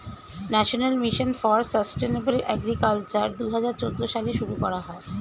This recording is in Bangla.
national mission for sustainable agriculture দুহাজার চৌদ্দ সালে শুরু করা হয়